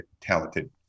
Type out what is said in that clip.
talented